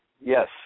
Yes